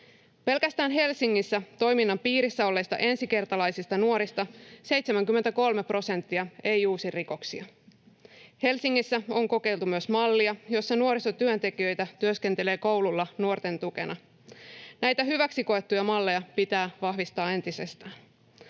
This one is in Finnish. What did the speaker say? Pelkästään Helsingissä toiminnan piirissä olleista ensikertalaisista nuorista 73 prosenttia ei uusi rikoksia. Helsingissä on kokeiltu myös mallia, jossa nuorisotyöntekijöitä työskentelee kouluilla nuorten tukena. Näitä hyväksi koettuja malleja pitää vahvistaa entisestään.